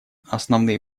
основные